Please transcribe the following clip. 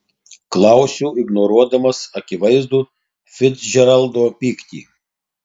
klausiu ignoruodamas akivaizdų ficdžeraldo pyktį